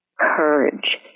courage